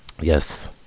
Yes